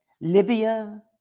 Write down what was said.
Libya